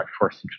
first